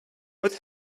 what